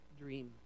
dream